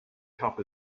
cup